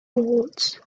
boards